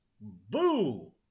boo